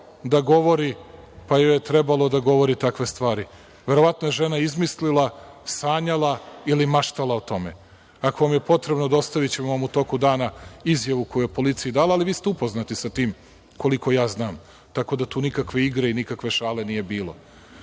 da govori, pa joj je trebalo da govori takve stvari. Verovatno je žena izmislila, sanjala ili maštala o tome. Ako vam je potrebno dostaviću vam u toku dana izjavu koju je policiji dala, ali vi ste upoznati sa tim koliko ja znam. Tako da tu nikakve igre i nikakve šale nije